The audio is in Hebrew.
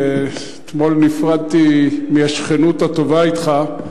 אתמול נפרדתי מהשכנות הטובה אתך,